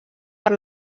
per